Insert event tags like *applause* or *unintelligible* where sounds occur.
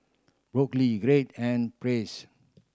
Brooklyn Gearld and *unintelligible*